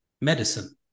medicine